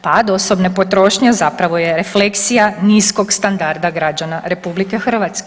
Pad osobne potrošnje zapravo je refleksija niskog standarda građana RH.